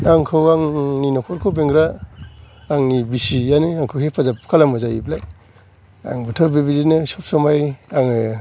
आंखौ आंनि न'खरखौ बेंग्रा आंनि बिसियानो आंखौ हेफाजाब खालामो जाहैबाय आंबोथ' बिदिनो सब समाय आंङो